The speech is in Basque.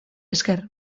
esker